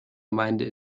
gemeinde